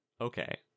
Okay